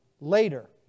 later